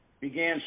began